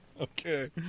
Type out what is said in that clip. Okay